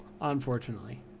Unfortunately